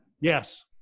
Yes